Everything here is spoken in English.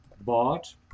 bought